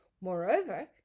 moreover